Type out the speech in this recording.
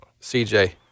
CJ